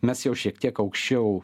mes jau šiek tiek aukščiau